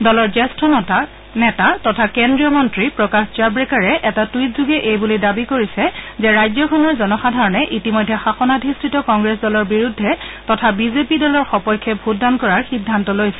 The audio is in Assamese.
দলৰ জ্যেষ্ঠ নেতা তথা কেন্দ্ৰীয় মন্ত্ৰী প্ৰকাশ জাম্বেকাড়ে এটা টুইটযোগে এইবুলি দাবী কৰিছে যে ৰাজ্যখনৰ জনসাধাৰণে ইতিমধ্যে শাসনাধিষ্ঠিত কংগ্ৰেছ দলৰ বিৰুদ্ধে তথা বি জে পি দলৰ সপক্ষে ভোটদান কৰাৰ সিদ্ধান্ত লৈছে